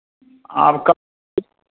आब तऽ